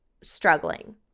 struggling